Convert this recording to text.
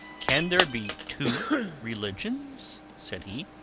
can there be two religions? said he.